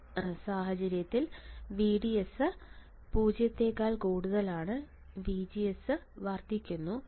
ഈ സാഹചര്യത്തിൽ VDS 0 VDS വർദ്ധിക്കുന്നു